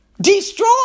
destroy